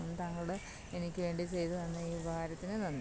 താങ്കൾ എനിക്ക് വേണ്ടി ചെയ്ത് തന്ന ഈ ഉപകാരത്തിന് നന്ദി